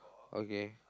okay